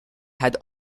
had